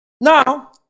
now